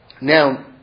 Now